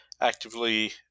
actively